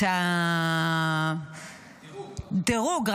את --- דירוג.